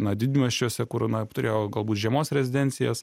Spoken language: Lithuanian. na didmiesčiuose kur na turėjo galbūt žiemos rezidencijas